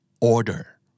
Order